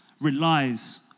relies